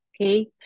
Okay